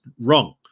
wrong